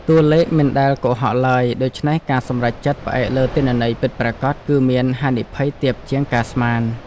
តួលេខមិនដែលកុហកឡើយ ដូច្នេះការសម្រេចចិត្តផ្អែកលើទិន្នន័យពិតប្រាកដ គឺមានហានិភ័យទាបជាងការស្មាន។